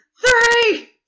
Three